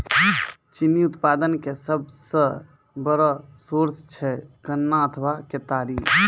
चीनी उत्पादन के सबसो बड़ो सोर्स छै गन्ना अथवा केतारी